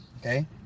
Okay